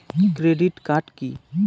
Credit card key?